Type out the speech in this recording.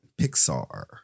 Pixar